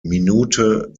minute